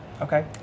Okay